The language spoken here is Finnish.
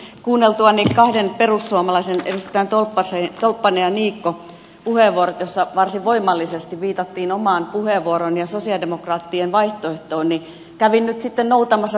minä kuunneltuani kahden perussuomalaisen edustajien tolppanen ja niikko puheenvuorot joissa varsin voimallisesti viitattiin omaan puheenvuorooni ja sosialidemokraattien vaihtoehtoon kävin nyt sitten noutamassa perussuomalaisten vaihtoehtobudjetin